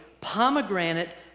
pomegranate